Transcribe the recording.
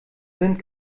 sind